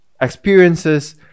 experiences